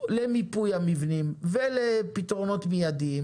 למיפוי המבנים ולפתרונות מיידיים